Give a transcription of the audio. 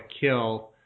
kill